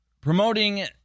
promoting